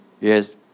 Yes